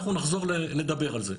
אנחנו נחזור לדבר על זה.